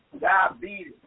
diabetes